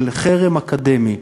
של חרם אקדמי,